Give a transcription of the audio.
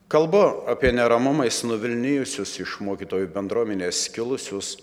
kalbu apie neramumais nuvilnijusius iš mokytojų bendruomenės kilusius